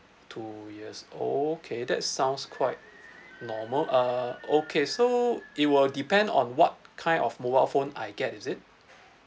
two years okay that sounds quite normal uh okay so it will depend on what kind of mobile phone I get is it